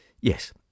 yes